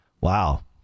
Wow